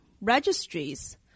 registries